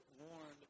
warned